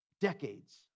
decades